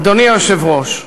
אדוני היושב-ראש,